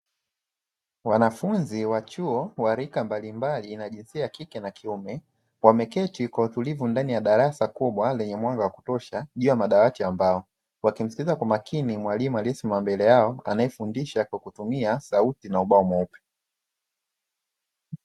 Wanafunzi wa chuo wa rika mbalimbali wa jinsia ya kike na kiume, wameketi kwa utulivu ndani ya darasa kubwa lenye mwanga wa kutosha juu ya madawati ya mbao, wakimsikiliza kwa makini mwalimu aliyesimama mbele yao anaefundisha kwa kutumia sauti na ubao mweupe.